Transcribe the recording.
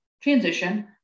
transition